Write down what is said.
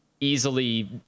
easily